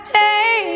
day